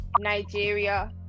nigeria